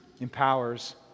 empowers